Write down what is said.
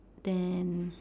then